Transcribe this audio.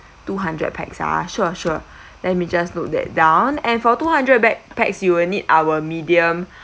two hundred pax ah sure sure let me just note that down and for two hundred back pax you will need our medium